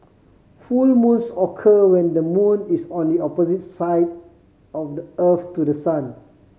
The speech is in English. full moons occur when the moon is on the opposite side of the earth to the sun